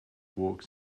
walks